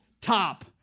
Top